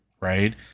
Right